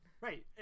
Right